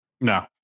no